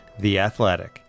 theathletic